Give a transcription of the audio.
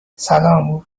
سلام